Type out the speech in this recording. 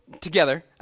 together